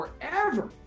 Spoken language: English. forever